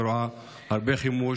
ורואה הרבה חימוש,